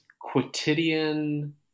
quotidian